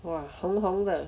!wah! 红红的